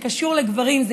זה קשור לגברים,